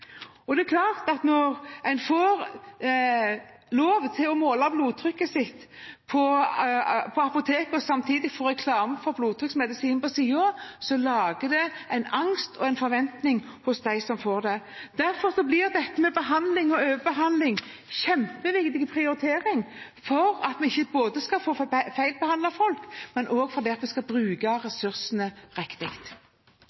Det er klart at når man får lov til å måle blodtrykket sitt på apoteket og samtidig ser reklame for blodtrykksmedisin ved siden av, skaper det en angst og en forventning hos dem som får det. Derfor blir dette med behandling og overbehandling en kjempeviktig prioritering, slik at vi ikke skal feilbehandle folk, men også for at vi skal bruke